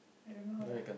I don't know how